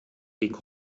gegen